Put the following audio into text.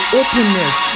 openness